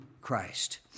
Christ